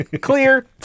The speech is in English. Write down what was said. Clear